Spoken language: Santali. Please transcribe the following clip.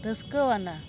ᱨᱟᱹᱥᱠᱟᱹᱣᱟᱱᱟ